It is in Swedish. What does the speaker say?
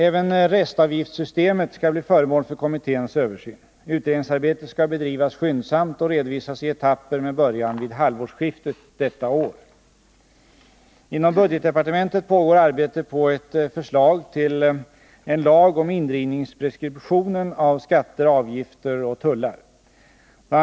Även restavgiftssystemet skall bli föremål för kommitténs översyn. Utredningsarbetet skall bedrivas skyndsamt och redovisas i etapper med början vid halvårsskiftet detta år. Inom budgetdepartementet pågår arbete på ett förslag till en lag om indrivningspreskription av skatter, avgifter och tullar. BI.